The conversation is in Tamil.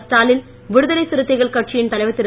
ஸ்டாலின் விடுதலை சிறுத்தைகள் கட்சியின் தலைவர் திரு